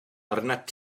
arnat